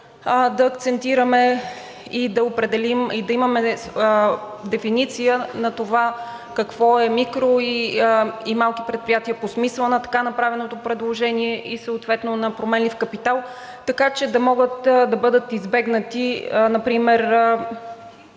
да акцентираме и да имаме дефиниция на това какво е микро- и малки предприятия по смисъла на така направеното предложение и съответно на променлив капитал, така че да могат да бъдат избегнати например